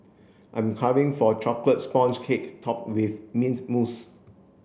I am carving for a chocolate sponge cake top with mint mousse